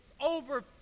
over